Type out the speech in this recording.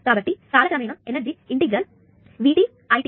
కాబట్టి కాల క్రమేణా ఎనర్జీ ఇంటిగ్రల్ VtItdt LdIdt అవుతుంది